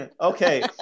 okay